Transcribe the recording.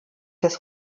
des